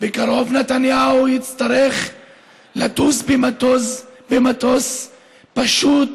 בקרוב נתניהו יצטרך לטוס במטוס, פשוט,